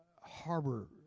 harbor